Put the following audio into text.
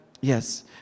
Yes